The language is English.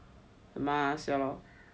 mask ya lor